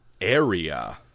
Area